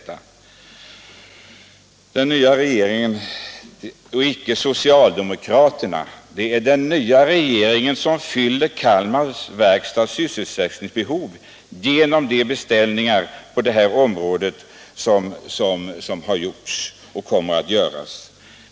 Det är den nya regeringen och icke socialdemokraterna som klarar Kalmar Verkstads AB:s sysselsättningsbehov genom de beställningar som gjorts och som kommer att göras på det här området.